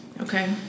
Okay